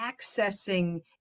accessing